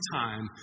time